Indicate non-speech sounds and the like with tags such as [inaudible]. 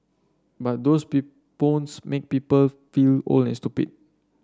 but those [unintelligible] phones make people feel old and stupid